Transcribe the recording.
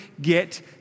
get